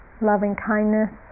loving-kindness